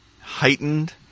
heightened